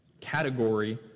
category